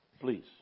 Please